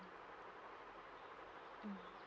mm